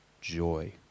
joy